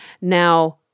Now